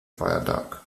viaduct